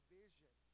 vision